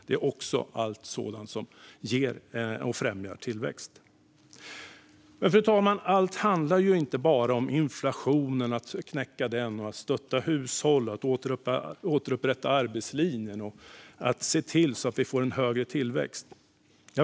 Det är allt sådant som ger och främjar tillväxt. Men, fru talman, allt handlar inte bara om att knäcka inflationen, att stötta hushåll, att återupprätta arbetslinjen och att se till att vi får en högre tillväxt.